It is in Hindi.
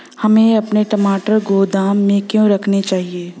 हमें अपने टमाटर गोदाम में क्यों रखने चाहिए?